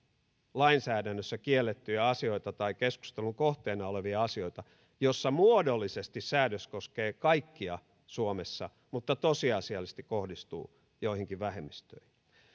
lainsäädännössä kiellettyjä asioita tai keskustelun kohteena olevia asioita joissa säädös muodollisesti koskee kaikkia suomessa mutta tosiasiallisesti kohdistuu joihinkin vähemmistöihin